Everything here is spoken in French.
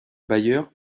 bailleur